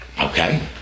okay